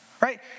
right